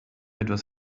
etwas